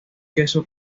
queso